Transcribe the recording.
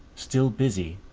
still busy,